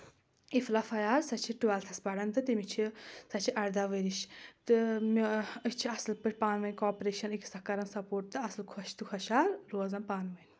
اِفلہ فیار سۄ چھِ ٹُویلتھس پران تہٕ تٔمِس چھِ سۄ چھِ اَرداہ ؤرِش تہٕ مےٚ أسۍ چھِ اَصٕل پٲٹھۍ پانہٕ ؤنۍ کاپریشن أکِس کران سپوٹ تہٕ اَصٕل خۄش تہٕ خۄشحال روزان پانہٕ ؤنۍ